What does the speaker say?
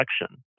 election